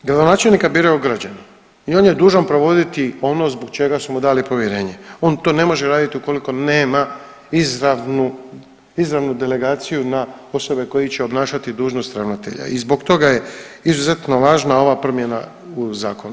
Gradonačelnika biraju građani i on je dužan provoditi ono zbog čega su mu dali povjerenje, on to ne može raditi ukoliko nema izravnu, izravnu delegaciju na osobe koji će obnašati dužnost ravnatelja i zbog toga je izuzetno važna ova promjena u zakonu.